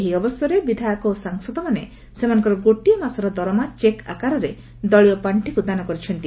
ଏହି ଅବସରରେ ବିଧାୟକ ସାଂସଦମାନେ ସେମାନଙ୍କର ଗୋଟିଏ ମାସର ଦରମା ଚେକ୍ ଆକାରରେ ଦଳୀୟ ପାଖିକୁ ଦାନ କରିଛନ୍ତି